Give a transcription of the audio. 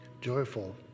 joyful